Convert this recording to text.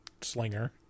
slinger